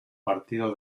partido